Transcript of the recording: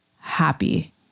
happy